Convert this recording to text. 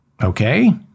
Okay